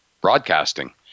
broadcasting